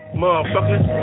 motherfucker